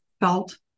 felt